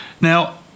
Now